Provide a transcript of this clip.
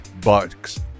bucks